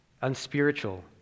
unspiritual